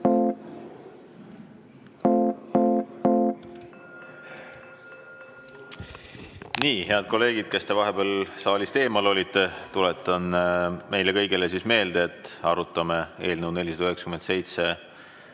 head kolleegid, kes te vahepeal saalist eemal olite, tuletan meile kõigile meelde, et arutame eelnõu 497